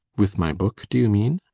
with my book, do you mean?